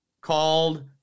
called